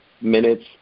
minutes